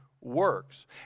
works